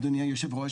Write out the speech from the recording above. אדוני היו"ר,